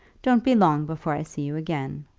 don't be long before i see you again.